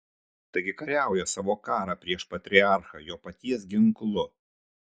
taigi kariauja savo karą prieš patriarchą jo paties ginklu